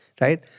Right